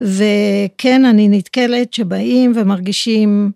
וכן, אני נתקלת שבאים ומרגישים...